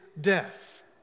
death